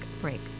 break